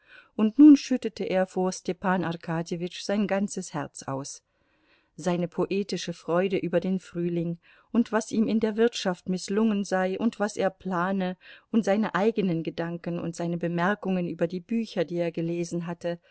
und nun schüttete er vor stepan arkadjewitsch sein ganzes herz aus seine poetische freude über den frühling und was ihm in der wirtschaft mißlungen sei und was er plane und seine eigenen gedanken und seine bemerkungen über die bücher die er gelesen hatte